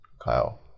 Kyle